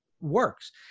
works